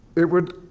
it would,